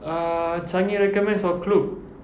uh changi recommends or klook